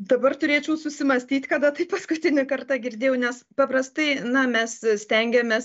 dabar turėčiau susimąstyt kada tai paskutinį kartą girdėjau nes paprastai na mes stengiamės